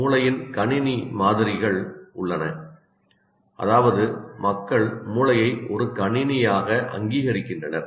மூளையின் கணினி மாதிரிகள் உள்ளன அதாவது மக்கள் மூளையை ஒரு கணினியாக அங்கீகரிக்கின்றனர்